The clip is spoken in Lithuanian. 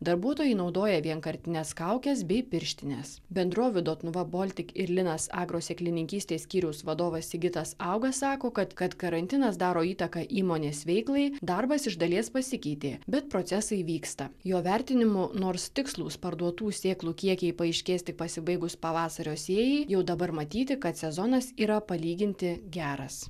darbuotojai naudoja vienkartines kaukes bei pirštines bendrovių dotnuva baltic ir linas agaro sėklininkystės skyriaus vadovas sigitas augas sako kad kad karantinas daro įtaką įmonės veiklai darbas iš dalies pasikeitė bet procesai vyksta jo vertinimu nors tikslūs parduotų sėklų kiekiai paaiškės tik pasibaigus pavasario sėjai jau dabar matyti kad sezonas yra palyginti geras